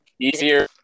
Easier